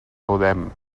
podem